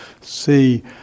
see